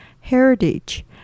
heritage